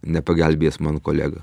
nepagelbėjęs man kolega